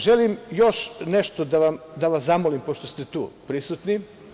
Želim još nešto da vas zamolim pošto ste tu prisutni.